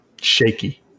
Shaky